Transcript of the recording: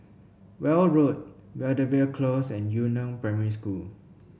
Weld Road Belvedere Close and Yu Neng Primary School